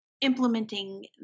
implementing